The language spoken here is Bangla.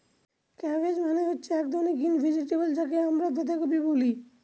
কাব্বেজ মানে হচ্ছে এক ধরনের গ্রিন ভেজিটেবল যাকে আমরা বাঁধাকপি বলে